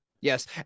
Yes